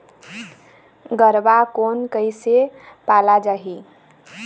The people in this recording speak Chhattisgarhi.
गरवा कोन कइसे पाला जाही?